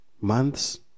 Months